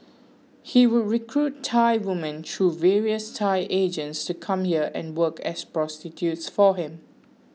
he would recruit Thai woman through various Thai agents to come here and work as prostitutes for him